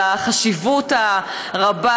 על החשיבות הרבה,